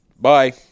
Bye